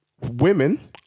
women